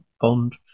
bond